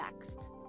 next